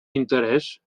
interés